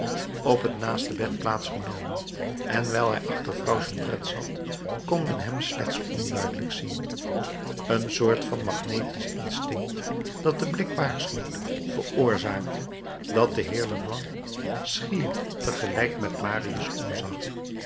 op het naaste bed plaats genomen en wijl hij achter vrouw jondrette zat kon men hem slechts onduidelijk zien een soort van magnetisch instinct dat den blik waarschuwt veroorzaakte dat de heer leblanc schier tegelijkertijd met marius omzag